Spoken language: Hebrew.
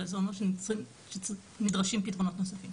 אלא זה אומר שנדרשים פתרונות נוספים.